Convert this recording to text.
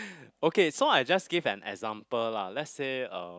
okay so I just give an example lah let's say um